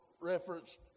referenced